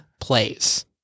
plays